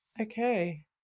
Okay